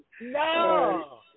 No